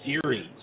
series